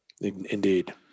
indeed